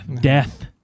death